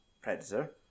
Predator